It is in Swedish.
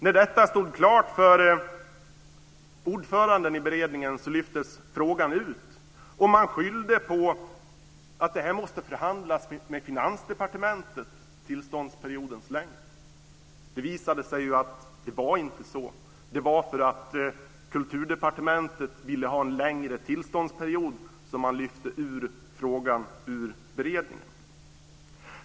När detta stod klart för ordföranden i beredningen så lyftes frågan ut, och man skyllde på att tillståndsperiodens längd måste förhandlas med Finansdepartementet. Det visade sig ju att det inte var så. Det var för att Kulturdepartementet ville ha en längre tillståndsperiod som man lyfte ut frågan ur beredningen.